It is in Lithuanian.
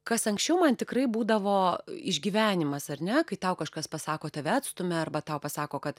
kas anksčiau man tikrai būdavo išgyvenimas ar ne kai tau kažkas pasako tave atstumia arba tau pasako kad